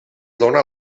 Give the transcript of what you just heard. dóna